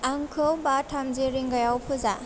आंखौ बा थामजि रिंगायाव फोजा